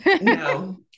no